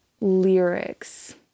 lyrics